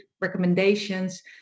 recommendations